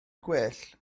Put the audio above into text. gwell